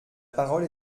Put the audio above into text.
parole